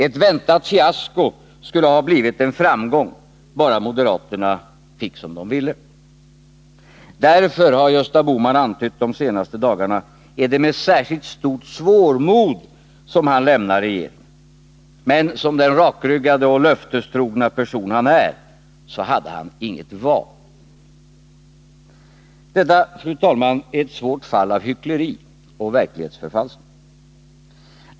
Ett väntat fiasko skulle ha blivit en framgång — bara moderaterna fått som de ville. Därför, har Gösta Bohman antytt de senaste dagarna, är det med särskilt stort svårmod som han lämnar regeringen. Men som den rakryggade och löftestrogna person han är hade han inget val. Detta, fru talman, är ett svårt fall av hyckleri och verklighetsförfalskning.